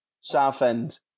Southend